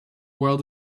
world